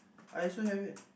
I also have it